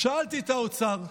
שאלתי את האוצר.